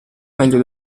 meglio